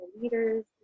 leaders